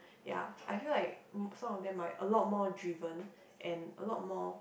ya I feel like um some of them might a lot more driven and a lot more